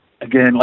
again